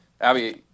Abby